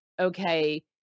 okay